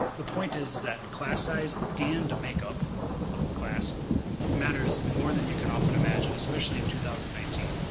the point is, is that class size and the make-up of the class matters more than you can often imagine, especially in two thousand and nineteen.